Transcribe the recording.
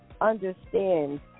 understand